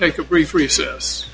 take a brief recess